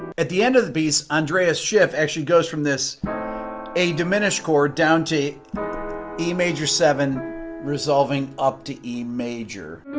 at the end of the beefs ondrea's ship actually goes from this a diminished chord down g e major seven resolving up to e major